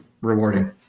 rewarding